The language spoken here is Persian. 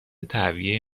تهویه